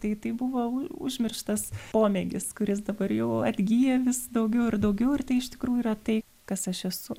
tai tai buvo užmirštas pomėgis kuris dabar jau atgyja vis daugiau ir daugiau ir tai iš tikrųjų yra tai kas aš esu